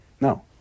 No